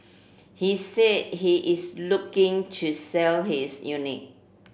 he said he is looking to sell his unit